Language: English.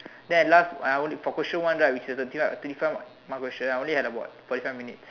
then at last when I for question one right which is a twenty twenty five mark question I only had like about forty five minutes